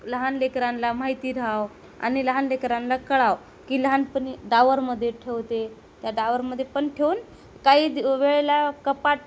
लहान लेकरांना माहिती राहावं आणि लहान लेकरांना कळावं की लहानपणी डावरमध्ये ठेवते त्या डावरमध्ये पण ठेवून काही दी वेळेला कपाट